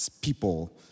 people